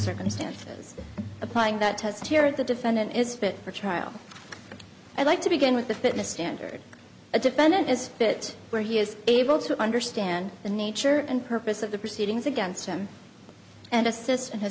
circumstances applying that test here at the defendant is fit for trial i'd like to begin with the fitness standard a defendant is that where he is able to understand the nature and purpose of the proceedings against him and